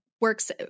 works